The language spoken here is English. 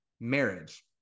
marriage